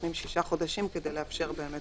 שנותנים שישה חודשים כדי לאפשר את